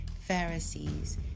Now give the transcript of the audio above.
Pharisees